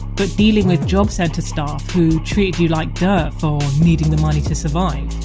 but dealing with job centre staff who treated you like dirt for needing the money to survive